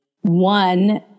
one